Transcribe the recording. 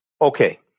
Okay